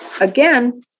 again